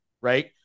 right